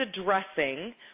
addressing